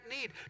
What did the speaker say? need